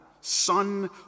son